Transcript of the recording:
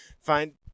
find